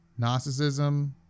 narcissism